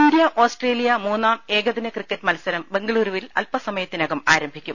India Australia മൂന്നാം ഏകദിന cricket മത്സരം ബംഗളൂരുവിൽ അൽപ സമയത്തിനകം ആരംഭിക്കും